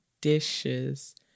dishes